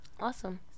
Awesome